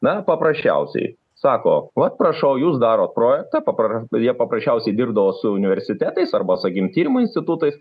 na paprasčiausiai sako vat prašau jūs darot projektą papra jie paprasčiausiai dirbdavo su universitetais arba sakykim tyrimų institutais